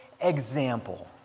example